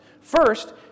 First